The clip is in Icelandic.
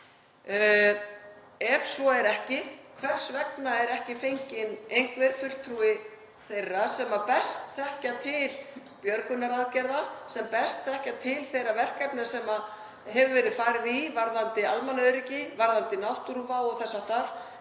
Ef svo er ekki, hvers vegna er ekki fenginn einhver fulltrúi þeirra sem best þekkja til björgunaraðgerða, sem best þekkja til þeirra verkefna sem hefur verið farið í varðandi almannaöryggi, varðandi náttúruvá og þess háttar